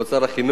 כבוד שר החינוך,